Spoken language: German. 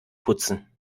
putzen